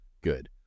good